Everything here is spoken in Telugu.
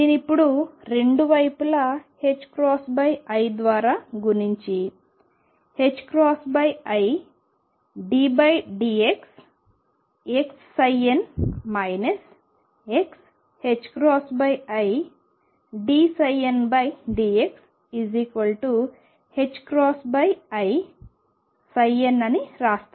నేను ఇప్పుడు రెండు వైపులా i ద్వారా గుణించి i ddxxn xi dndxi nఅని రాస్తాను